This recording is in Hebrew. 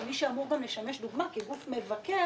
כמי שאמור גם לשמש דוגמה כגוף מבקר,